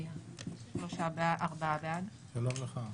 הצבעה בעד ההצעה